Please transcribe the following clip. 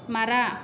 ಮರ